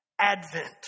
advent